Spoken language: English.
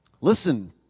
Listen